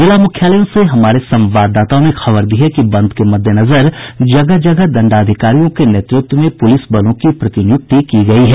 जिला मुख्यालयों से हमारे संवाददाताओं ने खबर दी है कि बंद के मद्देनजर जगह जगह दंडाधिकारियों के नेतृत्व में पुलिस बलों की प्रतिनियुक्ति की गयी है